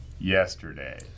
yesterday